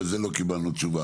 וזה לא קיבלנו תשובה